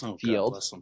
field